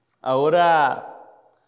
Ahora